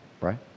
right